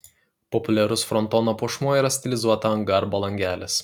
populiarus frontono puošmuo yra stilizuota anga arba langelis